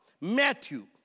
Matthew